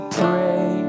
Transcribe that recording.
pray